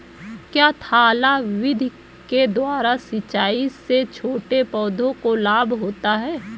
क्या थाला विधि के द्वारा सिंचाई से छोटे पौधों को लाभ होता है?